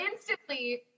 instantly